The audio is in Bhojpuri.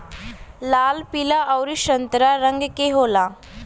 लाल पीला अउरी संतरा रंग के होला